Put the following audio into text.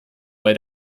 bei